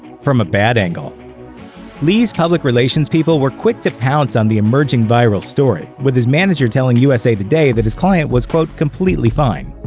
from a bad angle li's public relations people were quick to pounce on the emerging viral story, with his manager telling usa today that his client was completely fine.